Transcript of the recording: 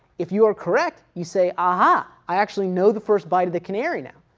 if you are correct you say, aha i actually know the first byte of the canary now,